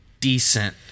decent